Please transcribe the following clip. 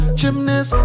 gymnast